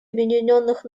объединенных